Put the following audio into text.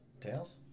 Tails